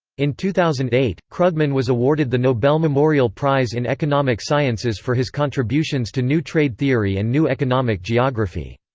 in two thousand and eight, krugman was awarded the nobel memorial prize in economic sciences for his contributions to new trade theory and new economic geography.